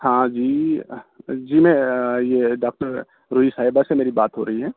ہاں جی جی میں یہ ڈاکٹر روحی صاحبہ سے میری بات ہو رہی ہیں